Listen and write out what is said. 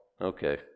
Okay